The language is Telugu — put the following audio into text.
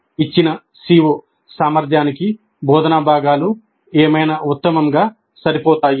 ఇచ్చిన CO సామర్థ్యానికి బోధనా భాగాలు ఏమైనా ఉత్తమంగా సరిపోతాయి